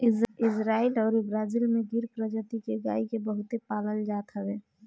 Israel अउरी Brazil में गिर प्रजति के गाई के बहुते पालल जात हवे